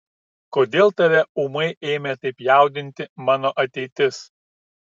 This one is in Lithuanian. kodėl tave ūmai ėmė taip jaudinti mano ateitis